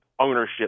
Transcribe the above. ownership